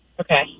Okay